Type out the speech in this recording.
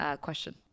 question